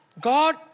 God